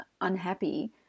unhappy